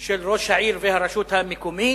של ראש העיר והרשות המקומית,